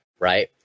Right